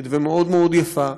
מרגשת ומאוד מאוד יפה,